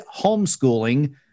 Homeschooling